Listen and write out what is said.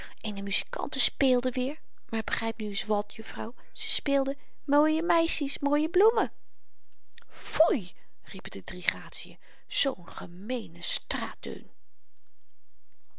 en de muzikanten speelden weer maar begryp nu eens wàt juffrouw ze speelden mooie meissies mooie bloemen foei riepen de drie gratiën zoo'n gemeene straatdeun